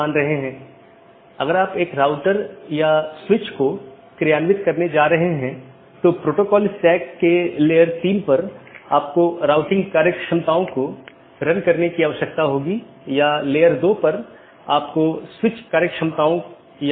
BGP के संबंध में मार्ग रूट और रास्ते पाथ एक रूट गंतव्य के लिए पथ का वर्णन करने वाले विशेषताओं के संग्रह के साथ एक गंतव्य NLRI प्रारूप द्वारा निर्दिष्ट गंतव्य को जोड़ता है